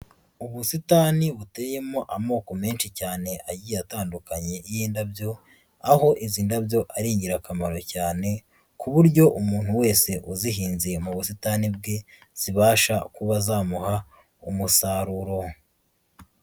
Ubusitani buteyemo amoko menshi cyane agiye atandukanye y'indabyo, aho izi ndabyo ari ingirakamaro cyane, ku buryo umuntu wese uzihinze mu busitani bwe, zibasha kuba zamuha umusaruro.